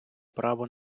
право